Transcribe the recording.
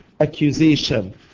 accusation